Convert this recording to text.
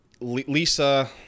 Lisa